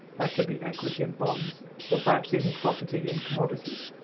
that could be equity and bonds or perhaps even property and commodities.